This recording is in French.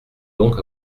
donc